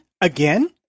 again